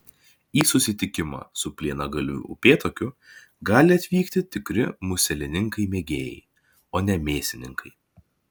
į susitikimą su plienagalviu upėtakiu gali atvykti tikri muselininkai mėgėjai o ne mėsininkai